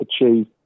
achieve